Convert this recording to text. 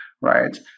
right